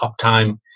uptime